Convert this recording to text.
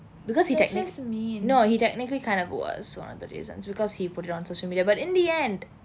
because he techniques no he technically kind of was one of the reasons because he put it on social media but in the end